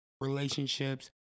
relationships